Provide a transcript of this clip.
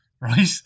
Right